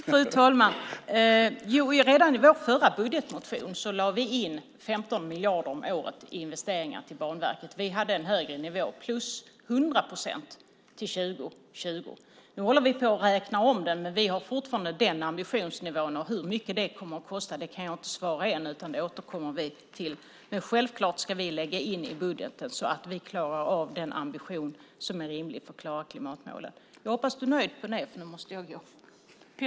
Fru talman! Redan i vår förra budgetmotion lade vi in 15 miljarder om året i investeringar till Banverket - vi hade en högre nivå - plus 100 procent till 2020. Nu håller vi på att räkna om det. Vi har fortfarande den ambitionsnivån. Hur mycket det kommer att kosta kan jag inte svara på än utan återkommer till det. Men självklart ska vi lägga in i budgeten så mycket att vi klarar av en ambition som är rimlig för att klara klimatmålen. Jag hoppas att du är nöjd med det, för nu måste jag gå.